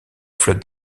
flotte